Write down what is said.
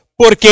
Porque